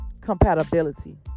compatibility